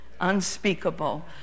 unspeakable